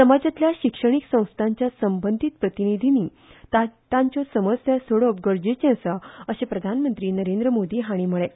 समाजातल्या शिक्षणीक संस्थाच्या संबंधीत प्रतिनिधीनीं तांच्यो समस्या सोडोवप गरजेचें आसा अशें प्रधानमंत्री नरेंद्र मोदी हांणी म्हळें